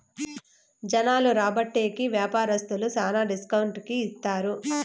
జనాలు రాబట్టే కి వ్యాపారస్తులు శ్యానా డిస్కౌంట్ కి ఇత్తారు